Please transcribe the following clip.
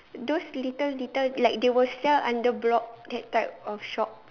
those little little like they will sell under block that type of shop